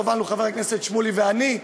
חבר הכנסת שמולי ואני,